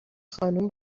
خانم